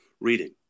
reading